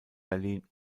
berlin